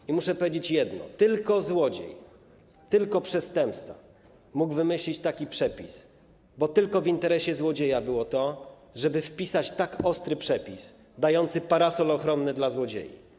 I muszę powiedzieć jedno: tylko złodziej, tylko przestępca mógł wymyślić taki przepis, bo tylko w interesie złodzieja było to, żeby wpisać tak ostry przepis dający parasol ochronny dla złodziei.